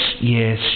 yes